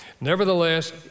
Nevertheless